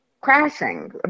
crashing